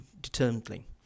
determinedly